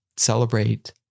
celebrate